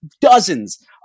dozens